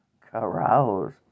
Carouse